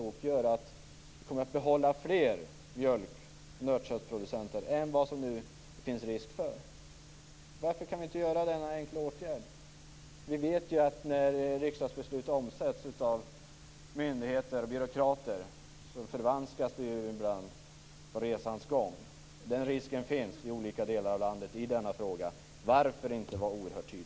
Det skulle göra att man kunde behålla fler mjölk och nötköttproducenter. Nu finns det risk för att det blir tvärtom. Varför kan vi inte vidta en så enkel åtgärd? Vi vet ju att riksdagsbeslut ibland riskerar att förvanskas under resans gång när de omsätts av myndigheter och byråkrater. Den risken finns i olika delar av landet i denna fråga. Varför inte vara oerhört tydliga?